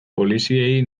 poliziei